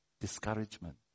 discouragement